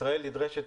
ישראל נדרשת,